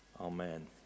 Amen